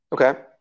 Okay